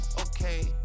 okay